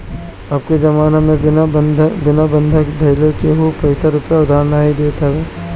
अबके जमाना में बिना बंधक धइले केहू पईसा रूपया उधार नाइ देत हवे